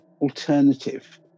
alternative